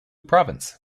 province